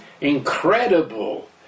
incredible